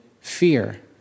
fear